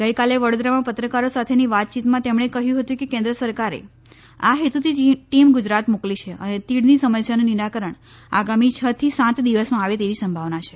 ગઈકાલે વડોદરામાં પત્રકારો સાથેની વાતચીતમાં તેમણે કહ્યું હતું કે કેન્દ્ર સરકારે આ હેતુથી ટીમ ગુજરાત મોકલી છે અને તીડની સમસ્યાનું નિરાકરણ આગામી છ થી સાત દિવસમાં આવે તેવી સંભાવના છે